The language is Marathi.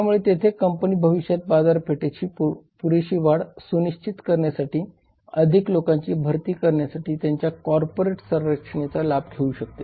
त्यामुळे तेथे कंपनी भविष्यात बाजारपेठेत पुरेशी वाढ सुनिश्चित करण्यासाठी अधिक लोकांची भरती करण्यासाठी त्याच्या कॉर्पोरेट संरचनेचा लाभ घेऊ शकते